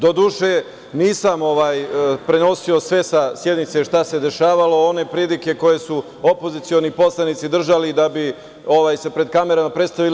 Do duše, nisam prenosio sve sa sednice šta se dešavalo, one pridike koje su opozicioni poslanici držali, da bi se pred kamerama predstavili.